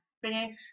finish